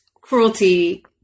cruelty